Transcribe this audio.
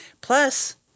Plus